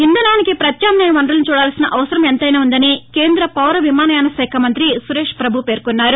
ఇంధనానికి ప్రత్యామ్నాయ వనరులను చూడాల్సిన అవసరం ఎంతైనా ఉందని కేంద్ర పౌర విమానయాన శాఖ మంతి సురేష్ పభు పేర్కొన్నారు